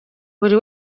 buri